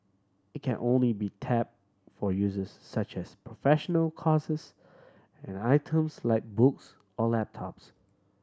it can only be tap for uses such as professional courses and items like books or laptops